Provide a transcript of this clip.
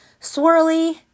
swirly